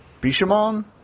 Bishamon